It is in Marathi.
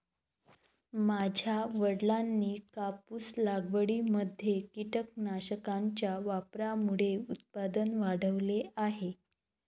माझ्या वडिलांनी कापूस लागवडीमध्ये कीटकनाशकांच्या वापरामुळे उत्पादन वाढवले आहे